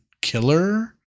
killer